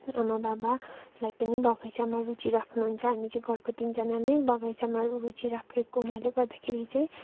आमा बाबालाई पनि बगैँचामा रुचि राख्नु हुन्छ हामी चाहिँ घरको तिनजना नै बगैँचामा रुचि राखेको हुनाले गर्दाखेरि चैँ